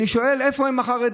אני שואל: איפה הם החרדים,